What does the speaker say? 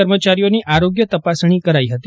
કર્મચારીઓની આરોગ્ય તપાસણી કરાઇ હતી